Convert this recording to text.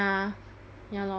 so quite